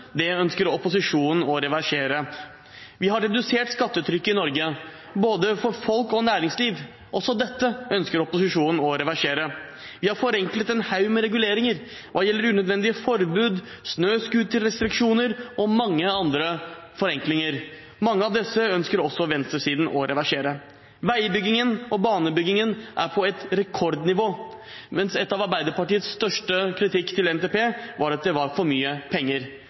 kommunereformen ønsker opposisjonen å reversere. Vi har redusert skattetrykket i Norge, både for folk og for næringsliv. Også dette ønsker opposisjonen å reversere. Vi har forenklet en haug med reguleringer hva gjelder unødvendige forbud, snøskuterrestriksjoner og mange andre forenklinger. Mange av disse ønsker venstresiden å reversere. Vei- og baneutbyggingen er på et rekordnivå, mens noe av Arbeiderpartiets største kritikk av NTP var at det var for mye penger.